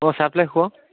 অঁ চাপ্লাই খোৱাওঁ